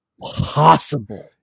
possible